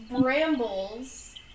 brambles